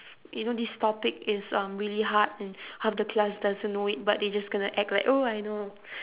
you know this topic is um really hard and half the class doesn't know it but they're just going to act like oh I know